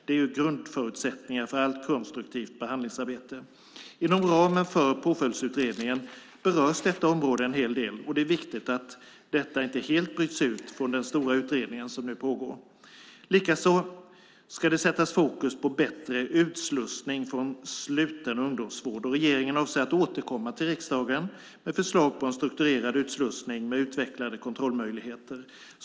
Det är grundförutsättningen för allt konstruktivt behandlingsarbete. Inom ramen för Påföljdsutredningen berörs detta område en hel del. Det är viktigt att detta inte helt bryts ut från den stora utredning som nu pågår. Likaså ska det sättas fokus på bättre utslussning från sluten ungdomsvård. Regeringen avser att återkomma till riksdagen med förslag på en strukturerad utslussning med utvecklade kontrollmöjligheter.